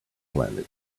planet